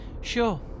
Sure